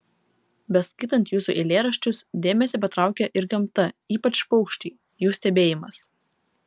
beskaitant jūsų eilėraščius dėmesį patraukia ir gamta ypač paukščiai jų stebėjimas